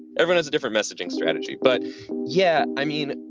evidence, different messaging strategy but yeah, i mean,